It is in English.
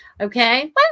Okay